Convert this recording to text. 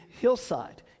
hillside